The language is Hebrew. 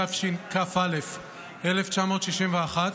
תשכ"א 1961,